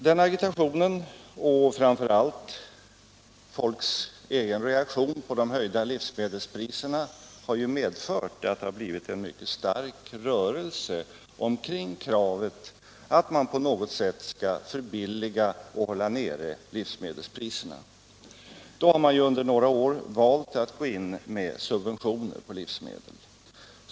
Vår agitation i frågan och framför allt folks reaktioner på de höjda livsmedelspriserna har ju medfört att det har blivit en mycket stark rörelse omkring kravet att man på något sätt skall sänka och hålla nere livsmedelspriserna. Under några år har man valt att gå in med subventioner på livsmedel.